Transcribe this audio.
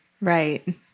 Right